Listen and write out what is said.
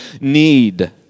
need